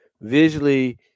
visually